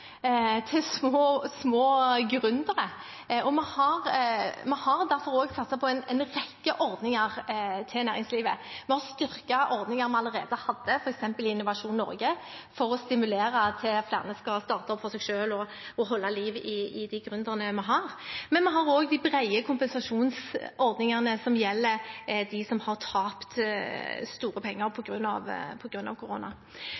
Vi har derfor satset på en rekke ordninger til næringslivet. Vi har styrket ordninger vi allerede har, f.eks. Innovasjon Norge, for å stimulere til at flere skal starte opp for seg selv, og for å holde liv i de gründerne vi har. Men vi har også de brede kompensasjonsordningene som gjelder dem som har tapt store penger på grunn av korona.